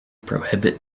prohibit